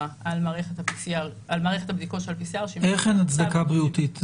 על מערכת הבדיקות של ה-PCR שמצדיקה --- איך אין הצדקה בריאותית?